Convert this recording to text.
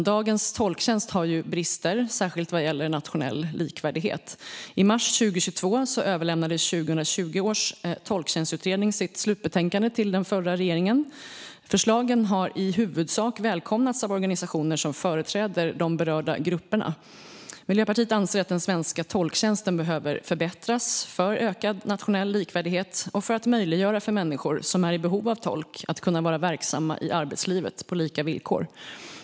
Dagens tolktjänst har brister, särskilt vad gäller nationell likvärdighet. I mars 2022 överlämnade 2020 års tolktjänstutredning sitt slutbetänkande till den förra regeringen. Förslagen har i huvudsak välkomnats av organisationer som företräder de berörda grupperna. Miljöpartiet anser att den svenska tolktjänsten behöver förbättras för ökad nationell likvärdighet och för att möjliggöra för människor som är i behov av tolk att vara verksamma i arbetslivet på lika villkor.